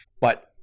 But-